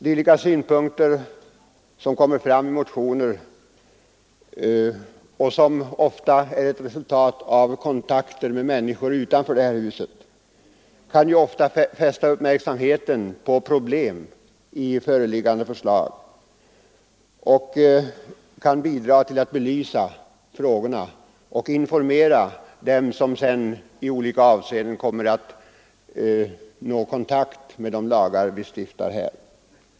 Dylika synpunkter som framförs i motioner och som ofta är ett resultat av kontakter med människor utanför detta hus kan ju ofta fästa uppmärksamheten på problem i de föreliggande förslagen och bidra till att belysa frågorna samt informera dem som i olika avseenden kommer att få kontakt med de lagar vi stiftar.